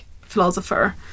philosopher